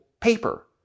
paper